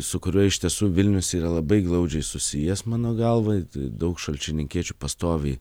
su kuriuo iš tiesų vilnius yra labai glaudžiai susijęs mano galva daug šalčininkiečių pastoviai